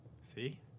See